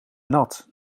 nat